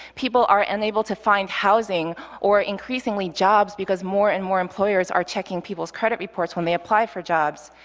people are unable to find housing or increasingly jobs, because more and more employers are checking people's credit reports when they apply for jobs.